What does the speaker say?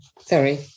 Sorry